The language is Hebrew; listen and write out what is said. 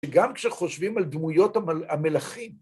וגם כשחושבים על דמויות המלכים,